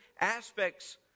aspects